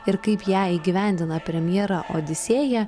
ir kaip ją įgyvendina premjera odisėja